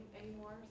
anymore